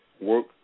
work